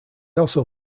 also